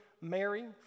Mary